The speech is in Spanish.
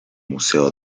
museo